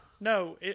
No